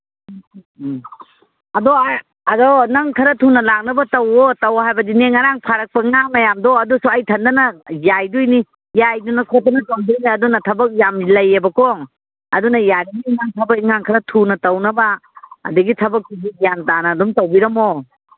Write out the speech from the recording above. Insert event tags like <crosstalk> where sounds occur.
ꯑꯗꯣ ꯑꯗꯣ ꯅꯪ ꯈꯔ ꯊꯨꯅ ꯂꯥꯛꯅꯕ ꯇꯧꯋꯣ ꯇꯧ ꯍꯥꯏꯕꯗꯤꯅꯦ ꯉꯔꯥꯡ ꯐꯥꯔꯛꯄ ꯉꯥ ꯃꯌꯥꯝꯗꯣ ꯑꯗꯨꯁꯨ ꯑꯩ ꯏꯊꯟꯗꯅ ꯌꯥꯏꯗꯣꯏꯅꯤ ꯌꯥꯏꯗꯅ ꯈꯣꯠꯇꯅ ꯇꯧꯗꯣꯏꯅꯤ ꯑꯗꯨꯅ ꯊꯕꯛ ꯌꯥꯝ ꯂꯩꯌꯦꯕꯀꯣ ꯑꯗꯨꯅ ꯌꯥꯔꯤꯒꯩ ꯅꯪ ꯊꯕꯛ ꯏꯅꯒꯥꯡ ꯈꯔ ꯊꯨꯅ ꯇꯧꯅꯕ ꯑꯗꯒꯤ ꯊꯕꯛ <unintelligible> ꯒ꯭ꯌꯥꯟ ꯇꯥꯅ ꯑꯗꯨꯝ ꯇꯧꯕꯤꯔꯝꯃꯣ